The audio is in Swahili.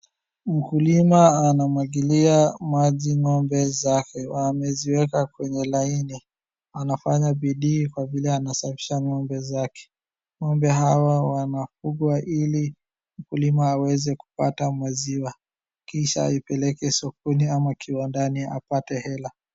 Mkulima anamwagilia maji ng'ombe zake. Wameziweka kwenye laini. Wanafanya bidii kwa vile wanasafisha ng'ombe zake. Ng'ombe hawa wanafugwa ili mkulima aweze kupata maziwa kisha aipeleke sokoni ama kiwandani apate hela.